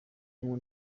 rumwe